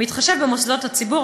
בהתחשב במוסדות הציבור,